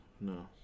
no